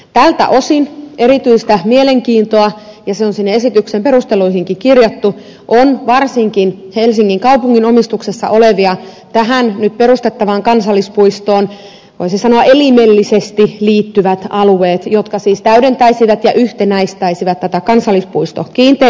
tältä osin erityistä mielenkiintoa ja se on sinne esityksen perusteluihinkin kirjattu on varsinkin helsingin kaupungin omistuksessa olevilla tähän nyt perustettavaan kansallispuistoon voisi sanoa elimellisesti liittyvillä alueilla jotka siis täydentäisivät ja yhtenäistäisivät tätä kansallispuistokiinteistöä